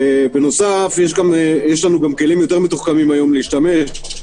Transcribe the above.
בנוסף, יש לנו כלים יותר מתוחכמים היום להשתמש.